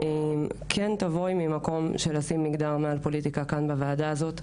כן תבואי ממקום של לשים מגדר מעל פוליטיקה כאן בוועדה הזאת.